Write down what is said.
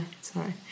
Sorry